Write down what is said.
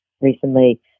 recently